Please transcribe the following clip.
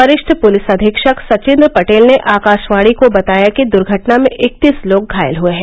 वरिष्ठ पुलिस अधीक्षक सचिंद्र पटेल ने आकाशवाणी को बताया कि दुर्घटना में इकतीस लोग घायल हुए हैं